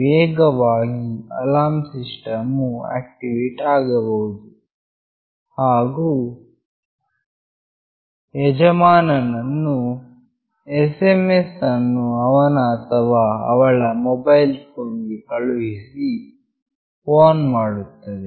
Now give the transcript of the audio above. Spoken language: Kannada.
ವೇಗವಾಗಿ ಅಲಾರ್ಮ್ ಸಿಸ್ಟಮ್ ವು ಆಕ್ಟಿವೇಟ್ ಆಗಬಹುದು ಹಾಗು ಯಜಮಾನ ನನ್ನು fon ಎಂಬ SMS ಅನ್ನು ಅ7ವನ ಅಥವಾ ಅವಳ ಮೊಬೈಲ್ ಫೋನ್ ಗೆ ಕಳುಹಿಸಿ ವಾರ್ನ್ ಮಾಡುತ್ತದೆ